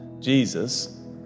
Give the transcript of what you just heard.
Jesus